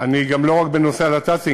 לא רק בנושא הנת"צים,